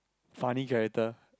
funny character